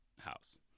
house